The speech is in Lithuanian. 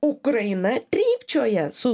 ukraina trypčioja su